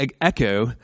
echo